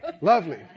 lovely